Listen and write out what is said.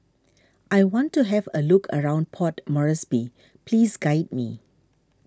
I want to have a look around Port Moresby please guide me